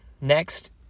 next